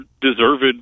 deserved